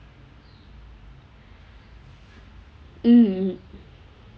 mm